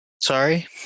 sorry